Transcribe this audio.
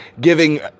giving